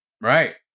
right